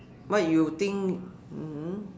what you think mm